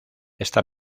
esta